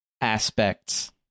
aspects